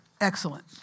Excellent